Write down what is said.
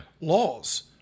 laws